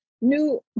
new